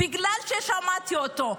בגלל ששמעתי אותו.